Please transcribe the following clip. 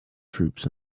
troops